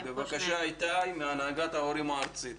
בבקשה, איתי קפלינסקי מהנהגת ההורים הארצית.